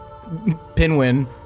Pinwin